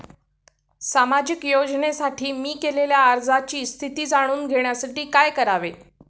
सामाजिक योजनेसाठी मी केलेल्या अर्जाची स्थिती जाणून घेण्यासाठी काय करावे?